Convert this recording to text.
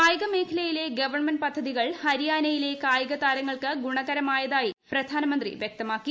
കായിക കേഖലയിലെ ഗവൺമെന്റ് പദ്ധതികൾ ഹരിയാനയിലെ കായിക താരങ്ങൾക്ക് ഗുണകരമായതായി പ്രധാനമന്ത്രി വ്യക്തമാക്കി